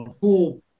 cool